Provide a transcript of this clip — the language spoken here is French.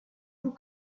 vous